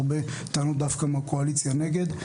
הרבה טענות דווקא מהקואליציה נגד.